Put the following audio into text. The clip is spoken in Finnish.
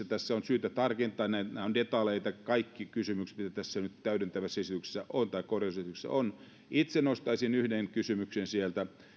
tässä on syytä tarkentaa nämä ovat detaljeja kaikki kysymykset mitä nyt tässä täydentävässä esityksessä tai korjausesityksessä on itse nostaisin yhden kysymyksen sieltä